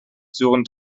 surrend